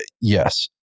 yes